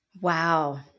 Wow